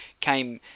came